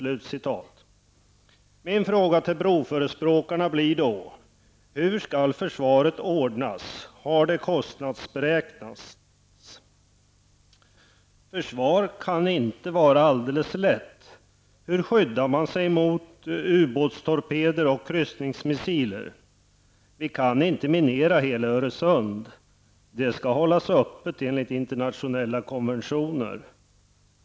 Min fråga till broförespråkarna blir då: Hur skall försvaret ordnas? Har det kostnadsberäknats? Försvar kan inte vara alldeles lätt. Hur skyddar man sig mot ubåtstorpeder och kryssningsmissiler? Vi kan inte minera hela Öresund. Sundet skall hållas öppet enligt internationella konventioner.